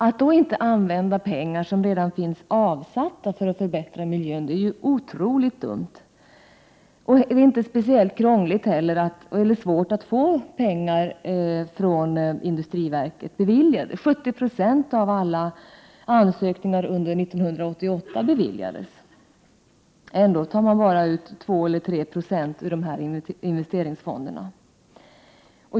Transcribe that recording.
Att då inte använda pengar som redan finns avsatta för att förbättra miljön är otroligt dumt. Det är inte heller speciellt svårt att få ansökningar om pengar beviljade av industriverket. 70 70 av alla ansökningar under 1988 beviljades. Ändå tar man bara ut 2 eller 3 20 ur dessa investeringsfonder.